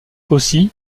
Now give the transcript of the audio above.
aussi